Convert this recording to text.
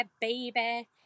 baby